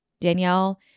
Danielle